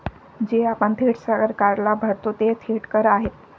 जे आपण थेट सरकारला भरतो ते थेट कर आहेत